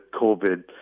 COVID